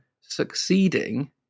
succeeding